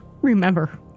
remember